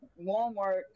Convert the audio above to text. Walmart